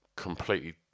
completely